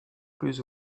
plus